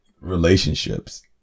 relationships